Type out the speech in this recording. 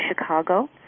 Chicago